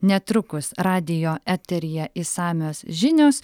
netrukus radijo eteryje išsamios žinios